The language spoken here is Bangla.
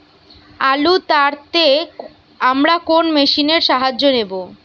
আলু তাড়তে আমরা কোন মেশিনের সাহায্য নেব?